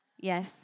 Yes